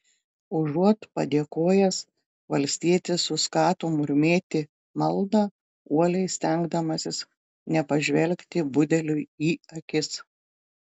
užuot padėkojęs valstietis suskato murmėti maldą uoliai stengdamasis nepažvelgti budeliui į akis